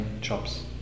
Jobs